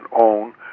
own